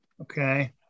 Okay